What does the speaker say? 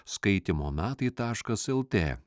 skaitymo metai taškas lt